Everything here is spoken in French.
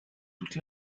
toute